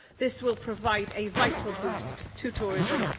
this will provide a vital boost to tourism,